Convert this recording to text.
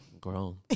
grown